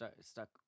stuck